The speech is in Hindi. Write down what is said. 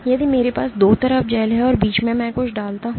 यदि मेरे पास 2 तरफ जेल है और मैं बीच में कुछ डालता हूं